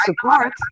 support